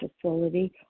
facility